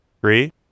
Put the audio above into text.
Three